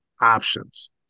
options